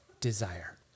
desire